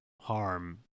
harm